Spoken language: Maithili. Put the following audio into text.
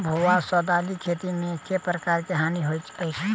भुआ सँ दालि खेती मे केँ प्रकार केँ हानि होइ अछि?